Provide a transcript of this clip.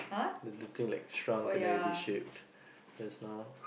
the the thing like shrunk then you re-shaped just now